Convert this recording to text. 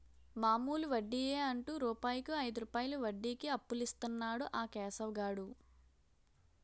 మామూలు వడ్డియే అంటు రూపాయికు ఐదు రూపాయలు వడ్డీకి అప్పులిస్తన్నాడు ఆ కేశవ్ గాడు